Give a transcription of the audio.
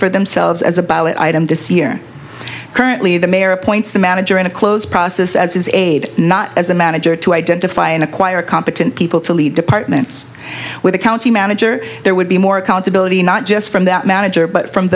for themselves as a ballot item this year currently the mayor appoints the manager in a close process as his aid not as a manager to identify and acquire competent people to lead departments with a county manager there would be more accountability not just from that manager but from